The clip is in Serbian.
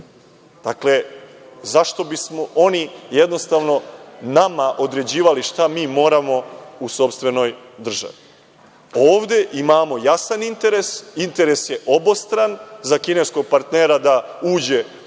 ono. Zašto bi oni nama određivali šta mi moramo u sopstvenoj državi? Ovde imamo jasan interes, interes je obostran, za kineskog partnera da uđe ozbiljno